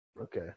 Okay